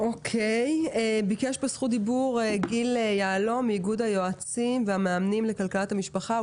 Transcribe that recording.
ביקש זכות דיבור גיל יהלום מאיגוד היועצים והמאמנים לכלכלת המשפחה.